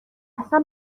اصلا